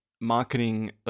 marketing